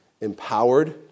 empowered